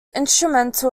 instrumental